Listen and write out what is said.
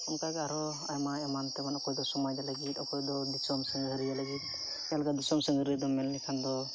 ᱚᱱᱠᱟᱜᱮ ᱟᱨᱦᱚᱸ ᱟᱭᱢᱟ ᱮᱢᱟᱱ ᱛᱮᱢᱟᱱ ᱚᱠᱚᱭ ᱫᱚ ᱥᱚᱢᱟᱡᱽ ᱞᱟᱹᱜᱤᱫ ᱚᱠᱚᱭ ᱫᱚ ᱫᱤᱥᱚᱢ ᱥᱟᱺᱜᱷᱟᱹᱨᱤᱭᱟᱹ ᱞᱟᱹᱜᱤᱫ ᱪᱮᱫ ᱞᱮᱠᱟ ᱫᱤᱥᱚᱢ ᱥᱟᱺᱜᱷᱟᱹᱨᱤᱭᱟᱹ ᱫᱚᱢ ᱢᱮᱱ ᱞᱮᱠᱷᱟᱱ ᱫᱚ